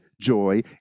joy